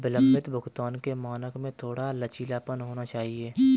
विलंबित भुगतान के मानक में थोड़ा लचीलापन होना चाहिए